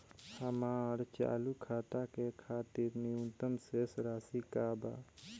हमार चालू खाता के खातिर न्यूनतम शेष राशि का बा?